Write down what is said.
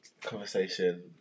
conversation